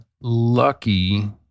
lucky